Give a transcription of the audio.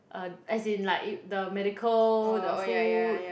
uh as in like in the medical the food